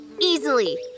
easily